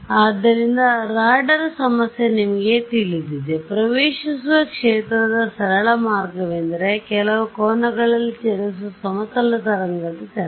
ಆದ್ದರಿಂದ ರಾಡಾರ್ ಸಮಸ್ಯೆ ನಿಮಗೆ ತಿಳಿದಿದೆ ಪ್ರವೇಶಿಸುವ ಕ್ಷೇತ್ರದ ಸರಳ ಮಾರ್ಗವೆಂದರೆ ಕೆಲವು ಕೋನದಲ್ಲಿ ಚಲಿಸುವ ಸಮತಲ ತರಂಗದ ಚಲನೆ